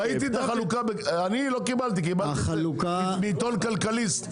ראיתי את החלוקה בעיתון כלכליסט,